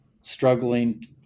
struggling